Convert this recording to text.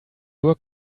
work